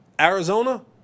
Arizona